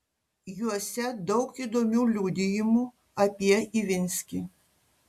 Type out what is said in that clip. juose daug įdomių liudijimų apie ivinskį